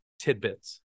tidbits